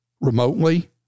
remotely